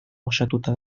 osatuta